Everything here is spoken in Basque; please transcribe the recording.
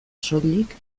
soilik